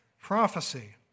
prophecy